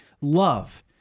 Love